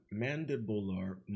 mandibular